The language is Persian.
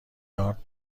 دارت